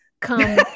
come